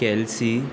Kelsey